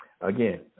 again